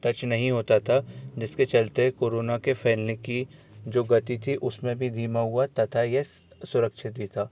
touch नहीं होता था जिसके चलते कोरोना के फैलने की जो गति थी उसमें भी धीमा हुआ तथा यह सुरक्षित भी था